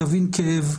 יבין כאב."